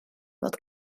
fod